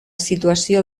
situació